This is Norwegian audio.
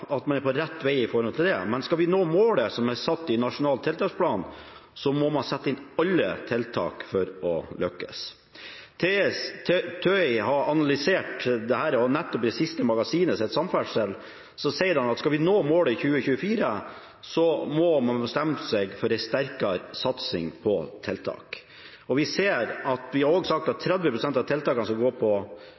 at man her er på rett vei, men skal vi nå målet som er satt i Nasjonal tiltaksplan, må man sette inn alle tiltak for å lykkes. TØI har analysert dette, og i sitt siste magasin, SAMFERDSEL, sier de at om vi skal nå målet i 2024, må man bestemme seg for en sterkere satsing på tiltak. I innstillingen sier vi at 30 pst. av tiltakene skal være fysiske tiltak og 70 pst. trafikant- og kjøretøytiltak. Jeg lurer da på